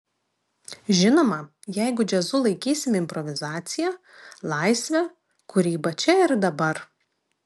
žinoma jeigu džiazu laikysime improvizaciją laisvę kūrybą čia ir dabar